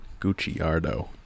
Gucciardo